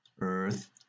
Earth